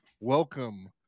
welcome